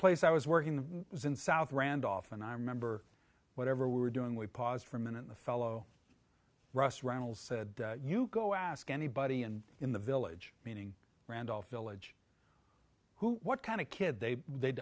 place i was working in was in south randolph and i remember whatever we were doing we paused for a minute the fellow russ reynolds said you go ask anybody and in the village meaning randolph village who what kind of kid they they